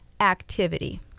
activity